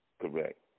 correct